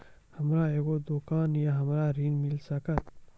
हमर एगो दुकान या हमरा ऋण मिल सकत?